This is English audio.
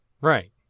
Right